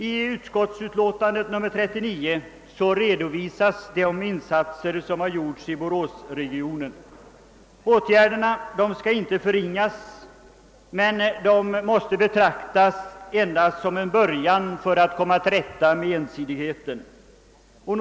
I bankoutskottets utlåtande nr 39 redovisas de insatser som gjorts i boråsregionen. De åtgärderna skall inte förringas men måste betraktas bara som en början för att avhjälpa ensidigheten i näringslivet.